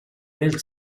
nel